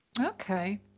okay